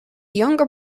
younger